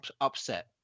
upset